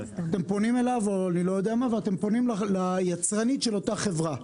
אתם פונים אליו, ואתם פונים ליצרנית של אותה חברה.